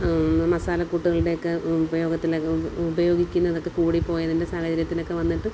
മസാല കൂട്ടുകളുടെയൊക്കെ ഉപയോഗത്തിലൊക്കെ ഉപയോഗിക്കുന്നതൊക്കെ കൂടി പോയതിൻ്റെ സാഹചര്യത്തിനൊക്കെ വന്നിട്ട്